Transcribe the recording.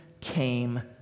came